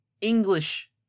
english